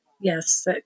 Yes